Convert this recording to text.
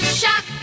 shock